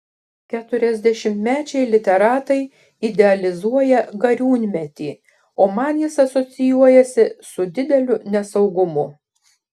keturiasdešimtmečiai literatai idealizuoja gariūnmetį o man jis asocijuojasi su dideliu nesaugumu